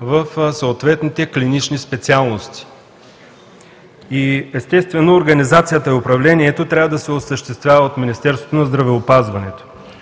в съответните клинични специалности и, естествено, организацията и управлението трябва да се осъществява от Министерство на здравеопазването,